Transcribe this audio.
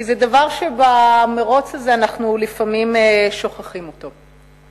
כי זה דבר שאנחנו לפעמים שוכחים במירוץ הזה.